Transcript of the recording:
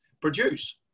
produce